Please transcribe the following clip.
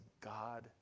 God